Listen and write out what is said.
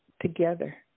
together